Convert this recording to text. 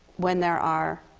when there are